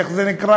איך זה נקרא?